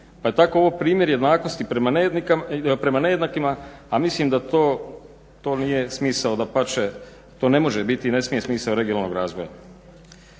pa je tako ovo primjer jednakosti prema nejednakima,a mislim da to nije smisao, dapače to ne može biti smisao,i ne smije smisao regionalnog razvoja.